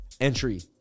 entry